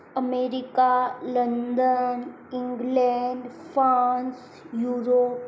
America London England France Europe